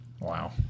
Wow